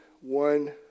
one